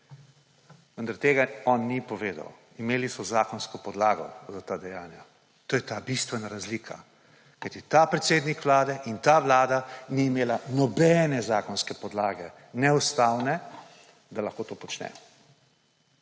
Vendar on ni povedal, da so imeli zakonsko podlago za ta dejanja. To je ta bistvena razlika, kajti ta predsednik vlade in ta vlada ni imela nobene zakonske ne ustavne podlage, da lahko to počne.